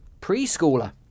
preschooler